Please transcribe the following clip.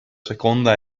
seconda